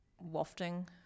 wafting